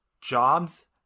jobs